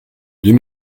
deux